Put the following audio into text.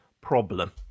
problem